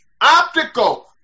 optical